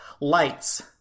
Lights